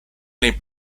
nei